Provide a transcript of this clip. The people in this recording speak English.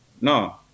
No